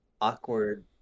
awkward